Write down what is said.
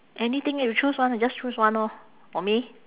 anything you choose one just choose one orh for me